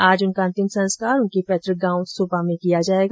आज उनका अंतिम संस्कार उनके पैतृक गांव सुपा में किया जायेगा